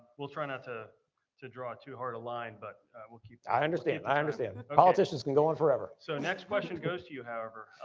we'll try not to to draw too hard a line, but we'll i understand, i understand. politicians can go on forever. so next question goes to you, however.